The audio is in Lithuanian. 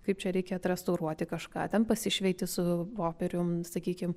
kaip čia reikia atrestauruoti kažką ten pasišveiti su popierium sakykim